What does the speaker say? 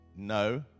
No